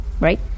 Right